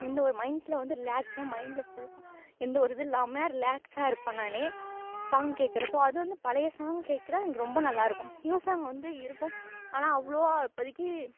இந்த ஒரு மைண்டில் வந்து ரிலாக்ஸாக மைண்டில் ஃபுல்லாக எந்தவொரு இது இல்லாமல் ரிலாக்ஸாக இருப்பேன் நானு சாங் கேட்குறப்போ அதுவும் வந்து பழையை சாங் கேட்குற எனக்கு ரொம்ப நல்லாயிருக்கும் நியூ சாங் வந்து இருக்கும் ஆனால் அவ்வளோ இப்போதைக்கி